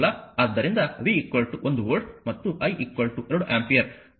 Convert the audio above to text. ಆದ್ದರಿಂದ v 1 volt ಮತ್ತು i 2 ampere ನೀಡಲಾಗುತ್ತದೆ